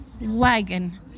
wagon